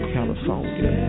California